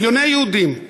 מיליוני יהודים,